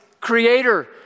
creator